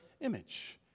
image